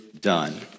done